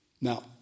Now